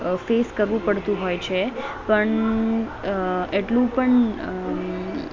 face કરવું પડતું હોય છે પણ એટલું પણ